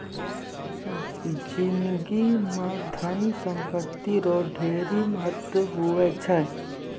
जिनगी म धन संपत्ति रो ढेरी महत्व हुवै छै